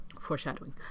foreshadowing